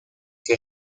que